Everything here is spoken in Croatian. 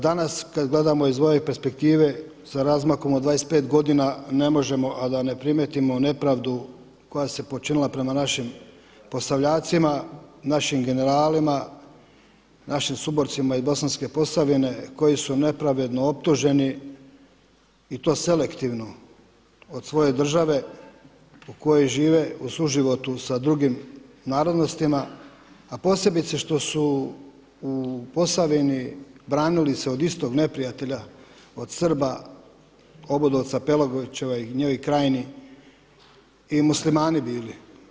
Danas kada gledamo iz ove perspektive sa razmakom od dvadeset pet godina ne možemo a da ne primijetimo nepravdu koja se počinila prema našim Posavljacima, našim generalima, našim suborcima iz Bosanske Posavine koji su nepravedno optuženi i to selektivno od svoje države u kojoj žive u suživotu sa drugim narodnostima a posebice što su u Posavini branili se od istog neprijatelja od Srba, Obudovca, Pelagićeva i … Krajini i Muslimani bili.